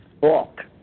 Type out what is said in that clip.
walk